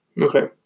Okay